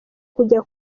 kujya